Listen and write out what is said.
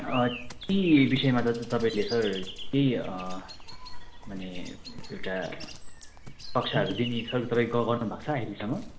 ती विषयमा जस्तै तपाईँले सर केही माने एउटा कक्षाहरू दिने सर तपाईँ गर्नु भएको छ अहिलेसम्म